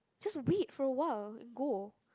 just wait for a while and go